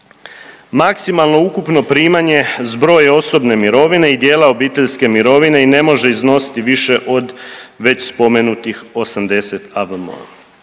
Maksimalno ukupno primanje zbroj je osobne mirovine i dijela obiteljske mirovine i ne može iznositi više od već spomenutih 80 AVM-a.